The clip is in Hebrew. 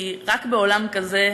כי רק בעולם כזה,